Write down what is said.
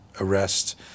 arrest